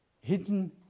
hidden